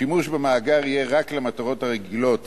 השימוש במאגר יהיה רק למטרות הרגילות